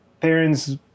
parents